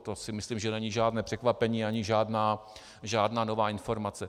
To si myslím, že není žádné překvapení ani žádná nová informace.